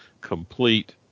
complete